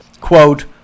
quote